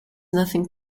nothing